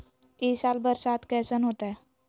ई साल बरसात कैसन होतय?